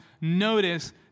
notice